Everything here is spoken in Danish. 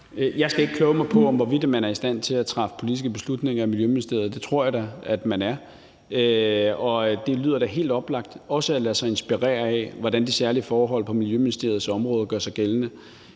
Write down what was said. Jeg skal ikke kloge mig på, hvorvidt man er i stand til at træffe politiske beslutninger i Miljøministeriet. Det tror jeg da at man er. Og det lyder da helt oplagt også at lade sig inspirere af, hvordan de særlige forhold på Miljøministeriets område gør sig gældende.